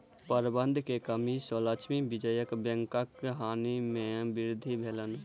प्रबंधन के कमी सॅ लक्ष्मी विजया बैंकक हानि में वृद्धि भेल